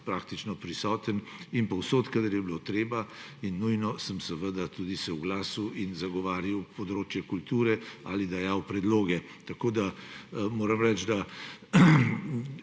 praktično prisoten. In povsod, kadar je bilo treba in nujno, sem se seveda tudi oglasil in zagovarjal področje kulture ali dajal predloge. Moram reči, da